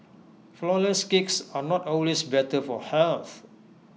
Flourless Cakes are not always better for health